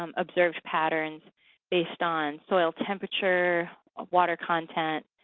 um observed patterns based on soil temperature, of water content,